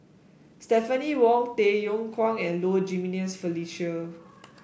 Stephanie Wong Tay Yong Kwang and Low Jimenez Felicia